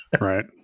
Right